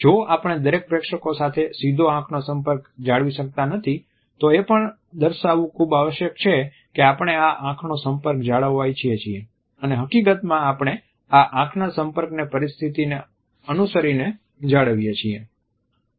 જો આપણે દરેક પ્રેક્ષકો સાથે સીધો આંખનો સંપર્ક જાળવી શકતા નથી તો એ પણ દર્શાવવું ખૂબ આવશ્યક છે આપણે આ આંખનો સંપર્ક જાળવવા ઈચ્છીએ છીએ અને હકીકતમાં આપણે આ આંખના સંપર્કને પરસ્થિતિને અનુસરીને જાળવીએ છીએ